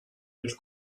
del